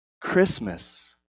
Christmas